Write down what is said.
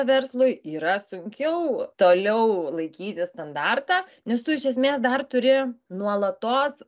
verslui yra sunkiau toliau laikyti standartą nes tu iš esmės dar turi nuolatos